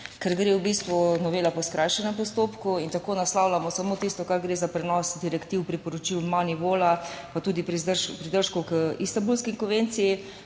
ker gre v bistvu novela po skrajšanem postopku in tako naslavljamo samo tisto, pri čemer gre za prenos direktiv, priporočil MONEYVAL, pa tudi pridržkov k Istanbulski konvenciji,